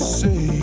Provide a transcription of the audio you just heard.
say